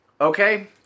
Okay